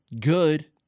good